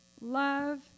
love